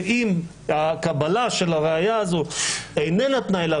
ואם הקבלה של הראיה הזאת איננה תנאי,